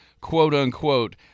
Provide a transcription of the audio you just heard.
quote-unquote